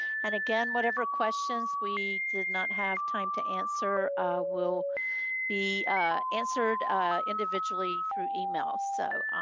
and again, whatever questions we did not have time to answer will be answered individually through email. so